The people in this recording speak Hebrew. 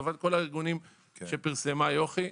לטובת כל הארגונים שפרסמה יוכי.